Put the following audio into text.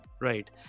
right